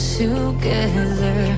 together